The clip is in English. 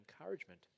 encouragement